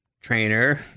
trainer